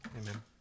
Amen